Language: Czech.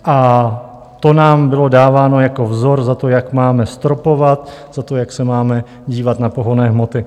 A to nám bylo dáváno jako vzor za to, jak máme stropovat, za to, jak se máme dívat na pohonné hmoty.